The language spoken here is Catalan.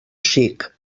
xic